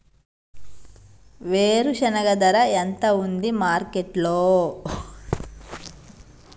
వేరుశెనగ ధర ఎంత ఉంది మార్కెట్ లో?